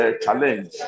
challenge